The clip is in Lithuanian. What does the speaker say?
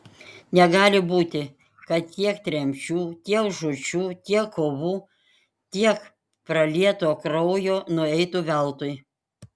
negali būti kad tiek tremčių tiek žūčių tiek kovų tiek pralieto kraujo nueitų veltui